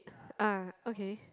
ah okay